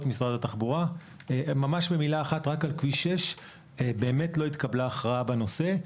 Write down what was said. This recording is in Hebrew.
על כביש 6. באמת לא התקבלה הכרעה בנושא.